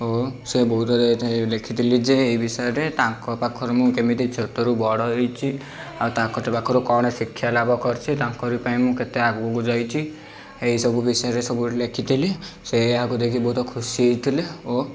ଏବଂ ସେ ବହୁ ଧରେ ଥାଇ ଲେଖିଥିଲି ଯେ ଏଇ ବିଷୟରେ ତାଙ୍କ ପାଖରୁ ମୁଁ କେମିତି ଛୋଟରୁ ବଡ଼ ହେଇଛି ଆଉ ତାଙ୍କରି ପାଖରୁ କ'ଣ ଶିକ୍ଷା ଲାଭ କରିଛି ତାଙ୍କରି ପାଇଁ ମୁଁ କେତେ ଆଗକୁ ଯାଉଚି ଏଇସବୁ ବିଷୟରେ ସବୁ ଲେଖିଥିଲି ସେ ଏହାକୁ ଦେଖି ବହୁତ ଖୁସି ହେଇଥିଲେ ଓ